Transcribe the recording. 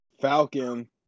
Falcon